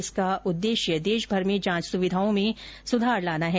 इसका उद्देश्य देशभर में जांच सुविधाओं में सुधार लाना है